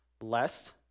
lest